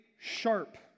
sharp